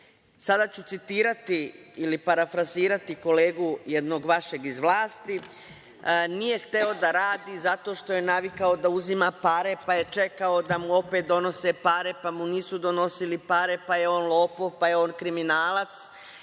sada ću citirati ili parafrazirati kolegu jednog vašeg iz vlasti - nije hteo da radi zato što je navikao da uzima pare, pa je čekao da mu opet donose pare, pa mu nisu donosili pare, pa je on lopov, pa je on kriminalac,